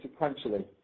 sequentially